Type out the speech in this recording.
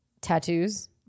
tattoos